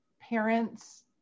parents